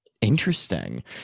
Interesting